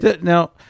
Now